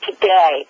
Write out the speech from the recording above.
today